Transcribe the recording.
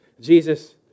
Jesus